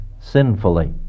sinfully